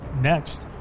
Next